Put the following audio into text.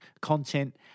content